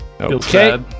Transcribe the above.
Okay